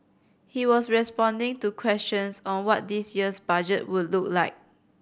he was responding to questions on what this year's Budget would look like